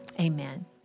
amen